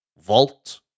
vault